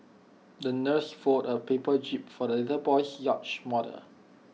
the nurse fold A paper jib for the little boy's yacht model